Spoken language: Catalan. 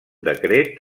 decret